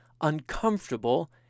uncomfortable